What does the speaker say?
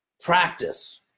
practice